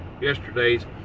Yesterday's